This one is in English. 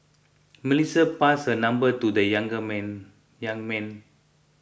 Melissa passed her number to the young man